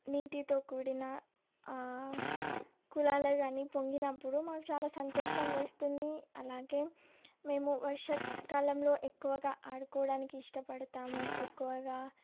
నీటితో కూడిన కుళాయిలే గానీ పొంగినప్పుడు మాకు చాలా సంతోషం వేస్తుంది అలాగే మేము వర్షా కాలంలో ఎక్కువగా ఆడుకోవడానికి ఇష్టపడతాము ఎక్కువగా